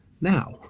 now